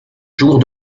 jours